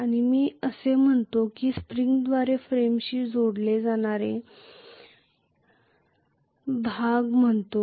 आणि मी असे म्हणतो की स्प्रिंगद्वारे फ्रेमशी जोडलेला हा चालणारा भाग म्हणतो